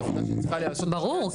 ברור,